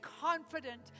confident